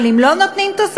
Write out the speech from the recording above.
אבל אם לא נותנים תוספת,